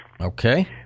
Okay